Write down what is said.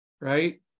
right